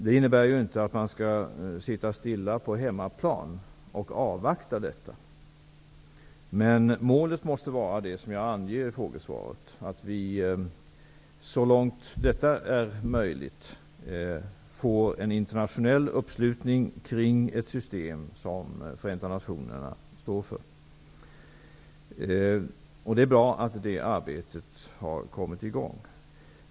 Det innebär ju inte att man skall sitta stilla på hemmaplan och avvakta detta. Men målet måste vara det som jag angivit i frågesvaret, att vi så långt möjligt får en internationell uppslutning kring ett system som Förenta nationerna står bakom. Det är bra att detta arbete har kommit i gång.